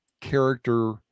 character